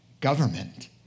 government